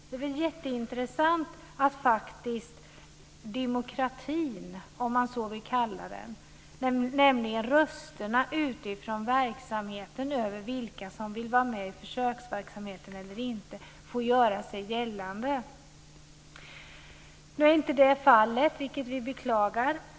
Det är väl jätteintressant att demokratin, om man vill kalla det så, nämligen rösterna ute i verksamheten som visar vilka som vill vara med i försöksverksamheten eller inte, får göra sig gällande. Nu är inte det fallet, vilket vi beklagar.